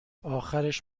آخرش